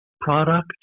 product